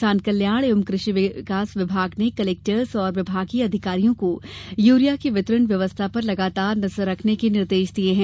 किसान कल्याण एवं कृषि विभाग ने कलेक्टर्स और विभागीय अधिकारियों को यूरिया की वितरण व्यवस्था पर लगातार नजर रखने के निर्देश दिये हैं